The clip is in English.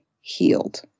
healed